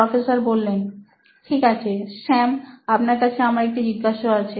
professor ঠিক আছে শ্যাম আপনার কাছে আমার একটি জিজ্ঞাসা আছে